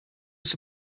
was